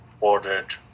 Ordered